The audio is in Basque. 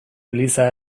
eliza